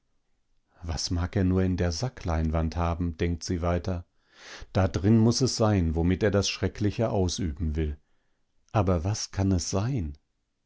was mag er nur in der sackleinwand haben denkt sie weiter da drin muß es sein womit er das schreckliche ausüben will aber was kann es sein